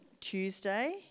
Tuesday